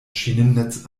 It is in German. schienennetz